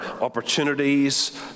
opportunities